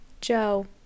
joe